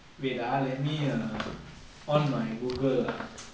wait ah let me err on my google ah